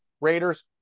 Raiders